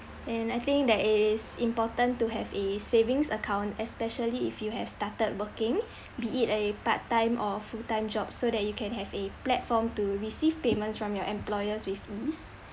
and I think that it is important to have a savings account especially if you have started working be it a part-time or full-time job so that you can have a platform to receive payments from your employers with ease